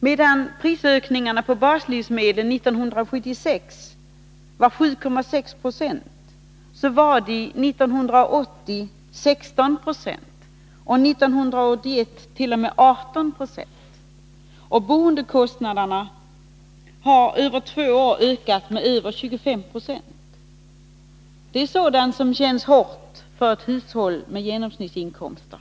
Medan prisökningarna på baslivsmedlen 1976 var 7,6 20, var de 1980 16 90 och 1981t.o.m. 18,1 26. Boendekostnaderna har under två år ökat med över 25 Jo. Det är sådant som känns hårt för ett hushåll med genomsnittsinkomster.